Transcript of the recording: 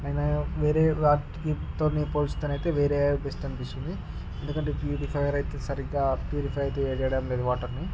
అయినా వేరే వాటికి తోని పోలిస్తేనైతే వేరే బెస్ట్ అనిపిస్తుంది ఎందుకంటే ప్యూరిఫయర్ అయితే సరిగ్గా ప్యూరిఫై అయితే చెయ్యడం లేదు వాటర్ని